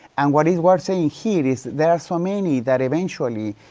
and what is we're saying here is there are so many that eventually,